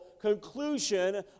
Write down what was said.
conclusion